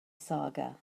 saga